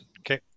okay